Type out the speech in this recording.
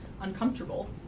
uncomfortable